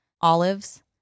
olives